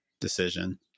decision